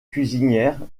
cuisinière